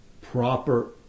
proper